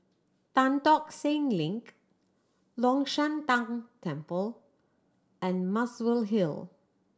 Tan Tock Seng Link Long Shan Tang Temple and Muswell Hill